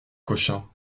cochin